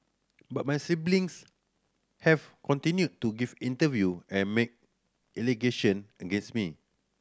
but my siblings have continued to give interview and make allegation against me